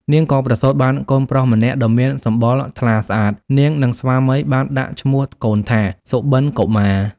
នាងក៏ប្រសូតបានកូនប្រុសម្នាក់ដ៏មានសម្បុរថ្លាស្អាត នាង និងស្វាមី បានដាក់ឈ្មោះកូនថា សុបិនកុមារ ។